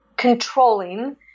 controlling